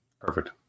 Perfect